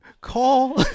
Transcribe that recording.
Call